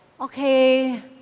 okay